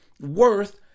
worth